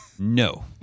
No